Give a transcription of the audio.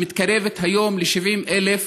שמתקרבת היום ל-70,000,